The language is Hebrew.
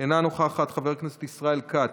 אינה נוכחת, חבר הכנסת ישראל כץ,